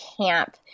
camp